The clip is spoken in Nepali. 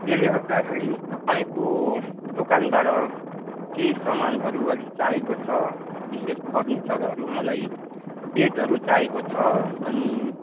त्यसले गर्दाखेरि तपाईँको दोकानबाट केही सामानहरू अलिक चाहिएको छ विशेष फर्निचरहरू मलाई बेडहरू चाहिएको छ अनि